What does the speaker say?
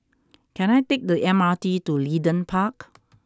can I take the M R T to Leedon Park